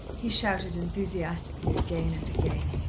he shouted enthusiastically, again and again.